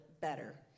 better